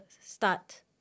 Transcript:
start